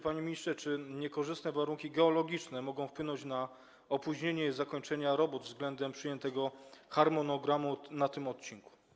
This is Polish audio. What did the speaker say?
Panie ministrze, czy niekorzystne warunki geologiczne mogą wpłynąć na opóźnienie zakończenia robót względem przyjętego harmonogramu na tym odcinku?